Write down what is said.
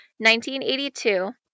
1982